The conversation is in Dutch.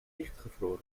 dichtgevroren